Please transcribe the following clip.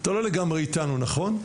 אתה לא לגמרי איתנו, נכון?